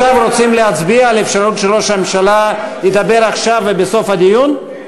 רוצים עכשיו להצביע על אפשרות שראש הממשלה ידבר עכשיו ובסוף הדיון?